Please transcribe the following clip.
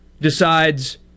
decides